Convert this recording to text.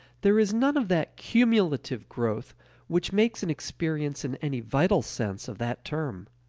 there is none of that cumulative growth which makes an experience in any vital sense of that term.